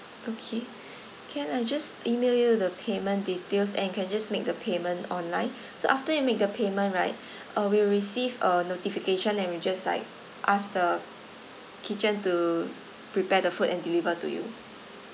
okay can I just email you the payment details and can just make the payment online so after you make the payment right uh we'll receive a notification and we just like ask the kitchen to prepare the food and deliver to you